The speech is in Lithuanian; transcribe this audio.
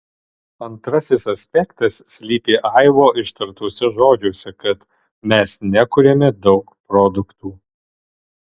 antrasis aspektas slypi aivo ištartuose žodžiuose kad mes nekuriame daug produktų